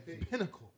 pinnacle